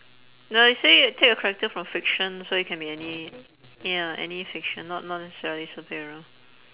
no it say take a character from fiction so it can be any ya any fiction not not necessarily superhero